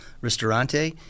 Ristorante